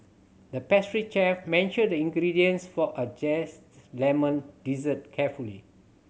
the pastry chef measured the ingredients for a lemon dessert carefully